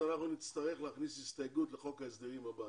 אז אנחנו נצטרך להכניס הסתייגות לחוק ההסדרים הבא.